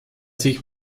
sich